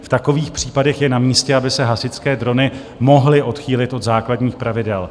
V takových případech je namístě, aby se hasičské drony mohly odchýlit od základních pravidel.